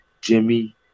Jimmy